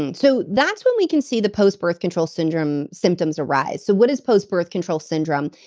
and so that's when we can see the post-birth control syndrome symptoms arise. so what is post-birth control syndrome?